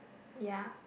ya